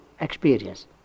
experience